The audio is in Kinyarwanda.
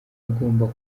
agomba